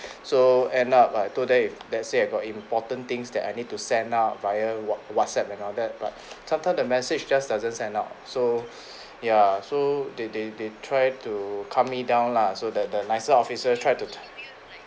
so end up I told them if let's say I got important things that I need to send out via wha~ whatsapp and all that but sometimes the message just doesn't send out so ya so they they they try to calm me down lah so that the nicer officer tried to